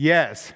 Yes